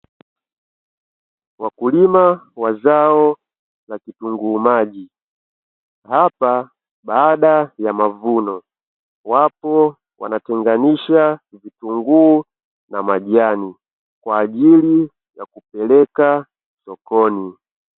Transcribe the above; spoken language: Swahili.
Wakulima wa zao la vitunguu maji, hapa baada ya mavuno wapo wanatenganisha vitunguu na majani kwa ajili ya kupelekwa sokoni.